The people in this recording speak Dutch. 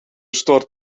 start